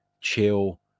chill